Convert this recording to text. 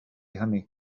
hynny